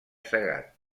segat